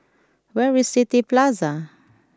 where is City Plaza